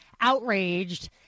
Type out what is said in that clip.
outraged